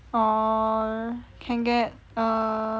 or can get err